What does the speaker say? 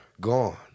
gone